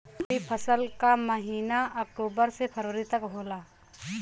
रवी फसल क महिना अक्टूबर से फरवरी तक होला